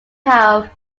have